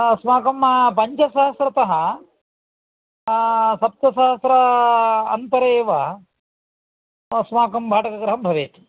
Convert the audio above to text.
अतः अस्माकं पञ्चसहस्रतः सप्तसहस्र अन्तरे एव अस्माकं भाटकगृहं भवेत्